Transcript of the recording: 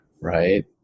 Right